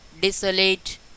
desolate